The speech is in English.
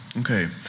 Okay